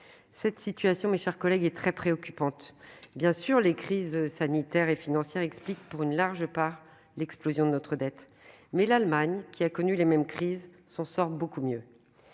Cette situation est très préoccupante. Bien sûr, les crises sanitaire et financière expliquent pour une large part l'explosion de notre dette, mais l'Allemagne, qui a connu les mêmes crises, s'en sort beaucoup mieux.